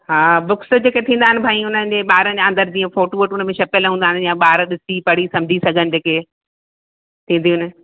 हा बुक्स जेंके थींदा आहिनि भई हुननि जे ॿारनि जा अंदरि जीअं फ़ोटू वोटू हुनमें छपियल हूंदा आहिनि या ॿार ॾिसी पढ़ी सम्झी सघनि जेके थींदयूं आहिनि